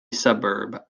suburb